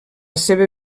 seva